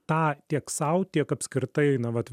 tą tiek sau tiek apskritai na vat